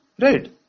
Right